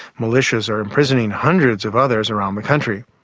militias are imprisoning hundreds of others around the country.